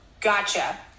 Gotcha